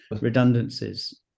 redundancies